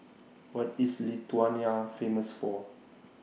What IS Lithuania Famous For